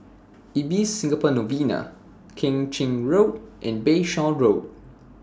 Ibis Singapore Novena Keng Chin Road and Bayshore Road